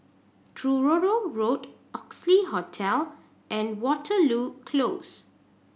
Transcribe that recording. Truro Road Oxley Hotel and Waterloo Close